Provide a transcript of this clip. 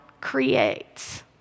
creates